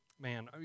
Man